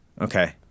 Okay